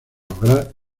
lograr